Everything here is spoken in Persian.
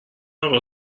اقا